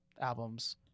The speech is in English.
albums